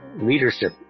leadership